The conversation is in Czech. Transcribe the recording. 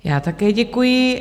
Já také děkuji.